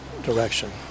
direction